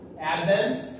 Advent